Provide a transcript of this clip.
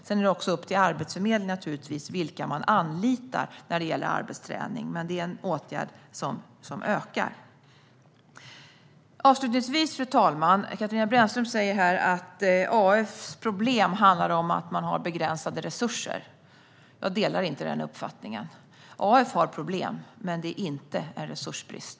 Det är givetvis upp till Arbetsförmedlingen vilka man anlitar när det gäller arbetsträning, men det är en åtgärd som ökar. Fru talman! Katarina Brännström säger att AF:s problem handlar om att man har begränsade resurser. Jag delar inte den uppfattningen. AF har problem, men det är inte en resursbrist.